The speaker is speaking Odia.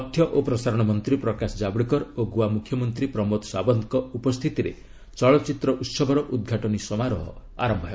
ତଥ୍ୟ ଓ ପ୍ରସାରଣ ମନ୍ତ୍ରୀ ପ୍ରକାଶ ଜାବ୍ଡେକର ଓ ଗୋଆ ମୁଖ୍ୟମନ୍ତ୍ରୀ ପ୍ରମୋଦ ସାବନ୍ତଙ୍କ ଉପସ୍ଥିତିରେ ଚଳଚ୍ଚିତ୍ର ଉହବର ଉଦ୍ଘାଟନୀ ସମାରୋହ ଆରମ୍ଭ ହେବ